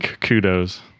kudos